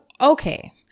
Okay